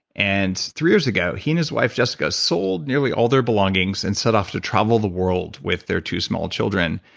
and three years ago he and his wife jessica sold nearly all their belongings and sat off to travel the world with their two small children.